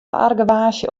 argewaasje